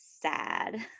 SAD